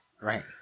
Right